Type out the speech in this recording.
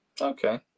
Okay